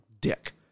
dick